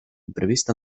imprevist